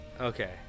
Okay